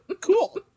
Cool